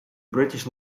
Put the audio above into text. british